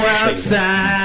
outside